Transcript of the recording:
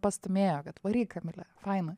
pastūmėjo kad varyk kamile faina